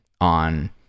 on